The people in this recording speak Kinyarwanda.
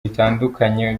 bitandukanye